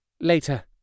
Later